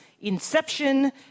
Inception